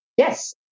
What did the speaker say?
Yes